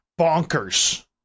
bonkers